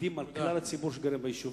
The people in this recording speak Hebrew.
מכבידים על כלל הציבור שגר ביישובים.